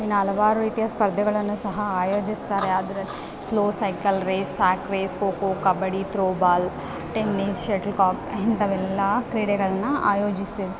ಇನ್ನೂ ಹಲವಾರು ರೀತಿಯ ಸ್ಪರ್ಧೆಗಳನ್ನು ಸಹ ಆಯೋಜಿಸ್ತಾರೆ ಅದ್ರಲ್ಲಿ slow cycle race sack race kho kho kabaddi throwball tennis shuttlecock ಇಂಥವೆಲ್ಲ ಕ್ರೀಡೆಗಳನ್ನ ಆಯೋಜಿಸ್ತೆ